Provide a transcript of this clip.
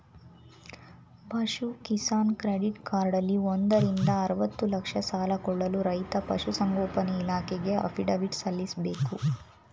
ಪಶು ಕಿಸಾನ್ ಕ್ರೆಡಿಟ್ ಕಾರ್ಡಲ್ಲಿ ಒಂದರಿಂದ ಅರ್ವತ್ತು ಲಕ್ಷ ಸಾಲ ಕೊಳ್ಳಲು ರೈತ ಪಶುಸಂಗೋಪನೆ ಇಲಾಖೆಗೆ ಅಫಿಡವಿಟ್ ಸಲ್ಲಿಸ್ಬೇಕು